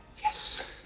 Yes